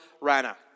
Rana